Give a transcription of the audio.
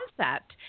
concept